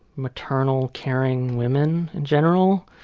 maternal, caring women in general.